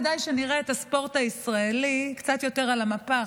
כדאי שנראה את הספורט הישראלי קצת יותר על המפה.